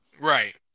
Right